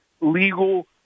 legal